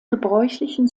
gebräuchlichen